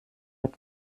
hat